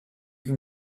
can